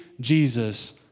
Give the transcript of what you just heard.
Jesus